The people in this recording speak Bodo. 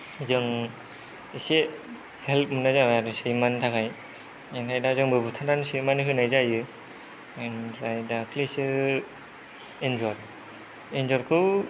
जों इसे हेल्प मोन्नाय जायो आरो सैमानि थाखाय ओंखाय दा जोंबो बुथारनानै सैमानो होनाय जायो ओमफ्राय दाख्लैसो एन्जर एन्जरखौ